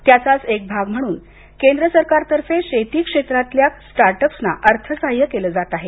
त्याचाच एक भाग म्हणून केंद्र सरकारतर्फे शेती क्षेत्रातल्या स्टार्टअप्सना अर्थसाह्य केलं जाणार आहे